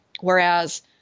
whereas